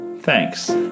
Thanks